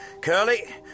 Curly